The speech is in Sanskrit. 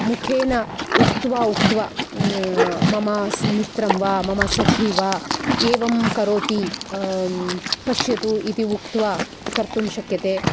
मुखेन उक्त्वा उक्त्वा मम मित्रं वा मम सखी वा एवं करोति पश्यतु इति उक्त्वा कर्तुं शक्यते